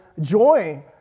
joy